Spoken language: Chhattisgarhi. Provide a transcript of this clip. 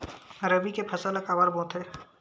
रबी के फसल ला काबर बोथे?